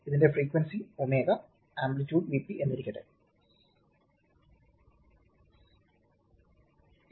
ഇതിന്റെ frequency ω amplitude Vp എന്നിരിക്കട്ടെ